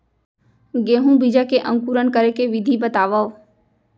गेहूँ बीजा के अंकुरण करे के विधि बतावव?